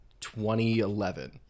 2011